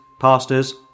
pastors